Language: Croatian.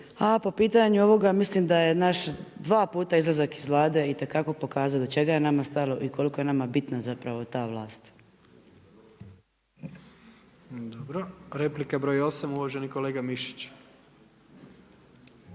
A po pitanju ovoga, mislim da je naš dva puta izlazak iz Vlade itekako pokazao do čega je nama stalo i koliko je nama bitna zapravo ta vlast.